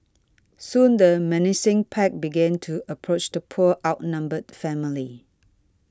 soon the menacing pack began to approach the poor outnumbered family